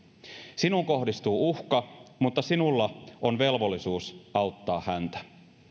sinuun kohdistuu uhka mutta sinulla on velvollisuus auttaa häntä